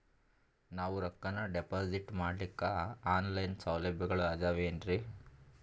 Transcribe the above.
ನಾವು ರೊಕ್ಕನಾ ಡಿಪಾಜಿಟ್ ಮಾಡ್ಲಿಕ್ಕ ಆನ್ ಲೈನ್ ಸೌಲಭ್ಯಗಳು ಆದಾವೇನ್ರಿ?